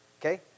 Okay